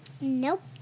Nope